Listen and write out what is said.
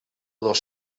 dos